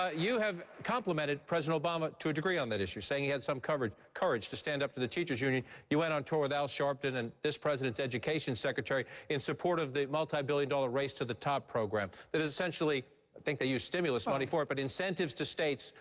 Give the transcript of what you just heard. ah you have complimented president obama to a degree on that issue, saying he had some courage courage to stand up to the teachers union. you went on tour with al sharpton and this president's education secretary in support of the multibillion-dollar race to the top program that essentially i think they used stimulus money for it, but incentives to states,